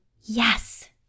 yes